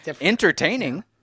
entertaining